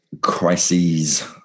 crises